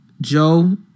Joe